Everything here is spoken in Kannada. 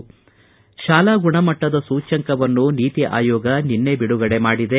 ಶಾಲಾ ಶಿಕ್ಷಣ ಗುಣಮಟ್ಟದ ಸೂಚಂಕ್ಕವನ್ನು ನೀತಿ ಆಯೋಗ ನಿನ್ನೆ ಬಿಡುಗಡೆ ಮಾಡಿದೆ